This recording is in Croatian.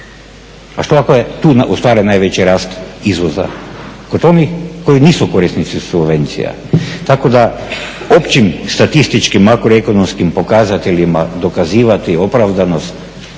A što ako je tu ostvaren najveći rast izvoza kod onih koji nisu korisnici subvencija? Tako da općim statističkim makroekonomskim pokazateljima dokazivati opravdanost